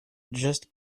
just